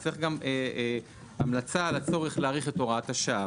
צריך גם המלצה על הצורך להאריך את הוראת השעה,